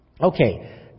Okay